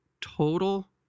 total